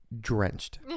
drenched